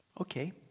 okay